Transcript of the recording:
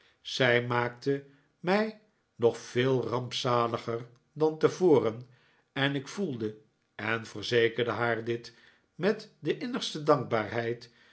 zij maakte mij nog veel rampzaliger dan tevoren en ik voelde en verzekerde haar dit met de innigste dankbaarheid